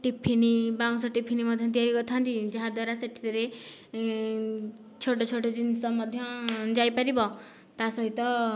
ଟିଫିନି ବାଉଁଶ ଟିଫିନି ମଧ୍ୟ ତିଆରି କରିଥାନ୍ତି ଯାହା ଦ୍ୱାରା ସେଥିରେ ଛୋଟ ଛୋଟ ଜିନିଷ ମଧ୍ୟ ଯାଇପାରିବ ତା ସହିତ